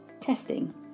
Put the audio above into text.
Testing